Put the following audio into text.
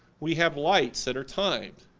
we have lights that are timed.